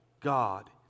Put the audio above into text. God